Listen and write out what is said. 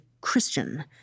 Christian